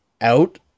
out